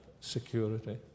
security